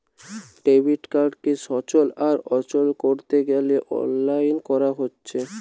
debit কার্ডকে সচল আর অচল কোরতে গ্যালে অনলাইন কোরা হচ্ছে